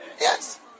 yes